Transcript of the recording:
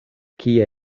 kie